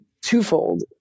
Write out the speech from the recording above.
twofold